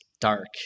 dark